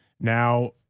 Now